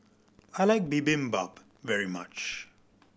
I like Bibimbap very much